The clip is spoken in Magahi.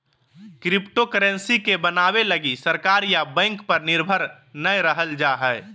क्रिप्टोकरेंसी के बनाबे लगी सरकार या बैंक पर निर्भर नय रहल जा हइ